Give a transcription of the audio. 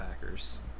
Packers